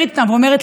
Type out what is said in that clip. הוא כותב